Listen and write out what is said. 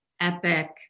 epic